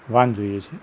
van જોઈએ છે